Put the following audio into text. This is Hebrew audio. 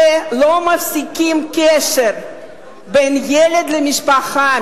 ולא מפסיקים את הקשר בין הילד למשפחה.